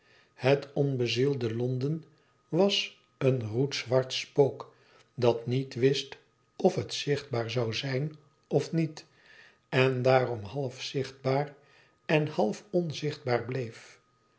het onbezielde londen was een roetzwart spook dat niet wist of het zichtbaar zou zijn of niet en daarom half zichtbaar en half onzichtbaar bleef